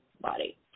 body